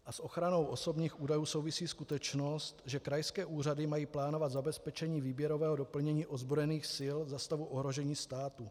A s ochranou osobních údajů souvisí skutečnost, že krajské úřady mají plánovat zabezpečení výběrového doplnění ozbrojených sil za stavu ohrožení státu.